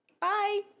Bye